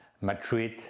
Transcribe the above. Madrid